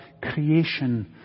creation